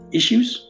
issues،